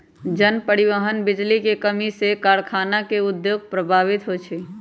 जन, परिवहन, बिजली के कम्मी से कारखाना के उद्योग प्रभावित हो जाइ छै